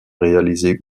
réaliser